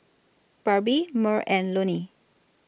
Barbie Merl and Loni